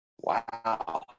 wow